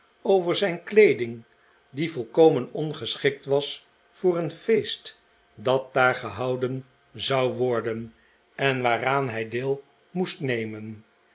over zijn kleeding die volkomen ongeschikt was voor een feest dat daar gehouden zou worden en waaraan hij deel moest nemen